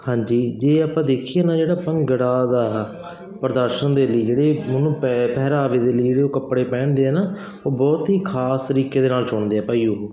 ਹਾਂਜੀ ਜੇ ਆਪਾਂ ਦੇਖੀਏ ਨਾ ਜਿਹੜਾ ਭੰਗੜਾ ਗਾ ਪ੍ਰਦਰਸ਼ਨ ਦੇ ਲਈ ਜਿਹੜੇ ਉਹਨੂੰ ਪੈ ਪਹਿਰਾਵੇ ਦੇ ਲਈ ਜਿਹੜੇ ਉਹ ਕੱਪੜੇ ਪਹਿਣਦੇ ਆ ਨਾ ਉਹ ਬਹੁਤ ਹੀ ਖ਼ਾਸ ਤਰੀਕੇ ਦੇ ਨਾਲ ਚੁਣਦੇ ਆ ਭਾਈ ਉਹ